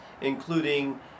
including